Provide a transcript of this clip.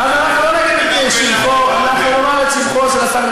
אז אנחנו לא נגיד את שבחו,